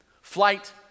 Flight